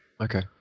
Okay